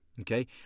Okay